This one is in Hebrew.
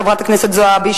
חברת הכנסת זועבי,